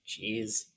Jeez